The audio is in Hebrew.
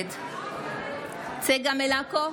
נגד צגה מלקו,